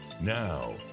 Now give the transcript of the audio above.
Now